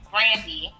Brandy